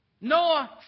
Noah